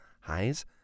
Highs